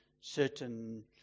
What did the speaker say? certain